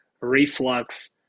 reflux